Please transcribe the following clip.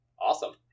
Awesome